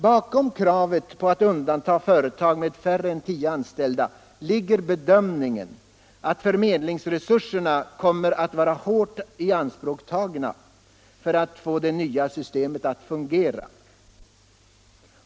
Bakom kravet på att undanta företag med färre än 10 anställda ligger bedömningen att förmedlingsresurserna kommer att vara hårt ianspråktagna för att få det nya systemet att fungera.